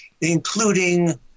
including